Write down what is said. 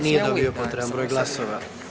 Nije dobio potreban broj glasova.